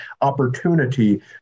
opportunity